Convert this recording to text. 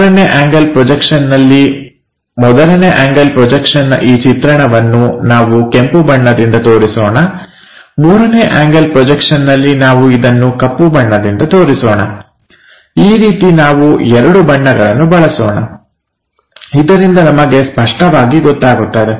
ಮೊದಲನೇ ಆಂಗಲ್ ಪ್ರೊಜೆಕ್ಷನ್ನಲ್ಲಿ ಮೊದಲನೇ ಆಂಗಲ್ ಪ್ರೋಜಕ್ಷನ್ನ ಈ ಚಿತ್ರಣವನ್ನು ನಾವು ಕೆಂಪುಬಣ್ಣದಿಂದ ತೋರಿಸೋಣ ಮೂರನೇ ಪ್ರೊಜೆಕ್ಷನ್ನಲ್ಲಿ ನಾವು ಇದನ್ನು ಕಪ್ಪು ಬಣ್ಣದಿಂದ ತೋರಿಸೋಣ ಈ ರೀತಿ ನಾವು ಎರಡು ಬಣ್ಣಗಳನ್ನು ಬಳಸೋಣ ಇದರಿಂದ ನಮಗೆ ಸ್ಪಷ್ಟವಾಗಿ ಗೊತ್ತಾಗುತ್ತದೆ